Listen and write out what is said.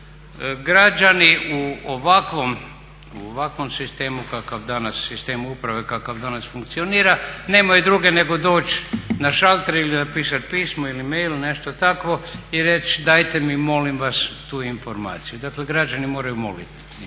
Građani u ovakvom sistemu kakav danas, sistem uprave kakav danas funkcionira nemaju druge nego doći na šalter ili napisati pismo ili mail ili nešto takvo i reći dajte mi molim vas tu informaciju. Dakle, građani moraju moliti informacije,